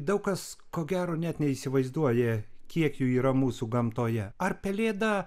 daug kas ko gero net neįsivaizduoja kiek jų yra mūsų gamtoje ar pelėdą